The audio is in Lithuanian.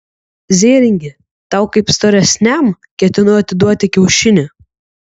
zėringi tau kaip storesniam ketinau atiduoti kiaušinį